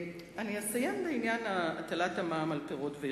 אסיים בעניין הטלת המע"מ על פירות וירקות.